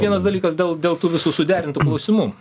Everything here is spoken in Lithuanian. vienas dalykas dėl dėl tų visų suderintų klausimų